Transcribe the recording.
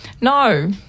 No